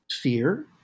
fear